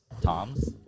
Toms